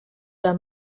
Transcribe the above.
der